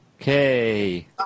Okay